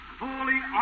fully